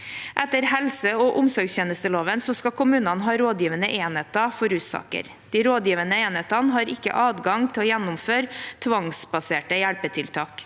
Etter helse- og omsorgstjenesteloven skal kommunene ha rådgivende enheter for russaker. De rådgivende enhetene har ikke adgang til å gjennomføre «tvangsbaserte hjelpetiltak».